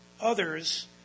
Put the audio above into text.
others